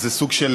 אז זה סוג של,